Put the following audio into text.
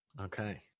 okay